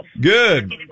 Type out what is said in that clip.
Good